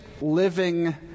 living